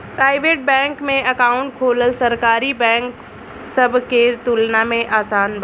private bank में account खोलल सरकारी बैंक सब के तुलना में आसान बा